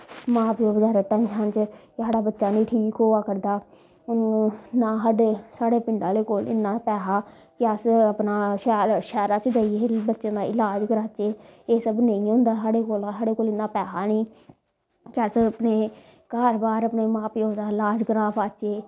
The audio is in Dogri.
मां प्यो बचैरे टैंशना च कि साढ़े बच्चा नी ठीक होआ करदा ना साढ़े साढ़े पिंड आह्लें कोल पैसा कि अस अपना शैल शैह्रा च जेइये बच्चें दा इलाज़ कराचै एह् सब नेंई होंदा साढ़े कोला साढ़े कोल इन्ना पैसा नी कि अस अपनी घर बाह्र अपने मा प्यो दा इलाज़ करा पाच्चे